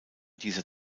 dieser